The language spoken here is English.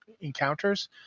encounters